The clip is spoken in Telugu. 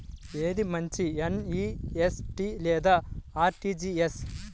ఏది మంచి ఎన్.ఈ.ఎఫ్.టీ లేదా అర్.టీ.జీ.ఎస్?